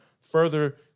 further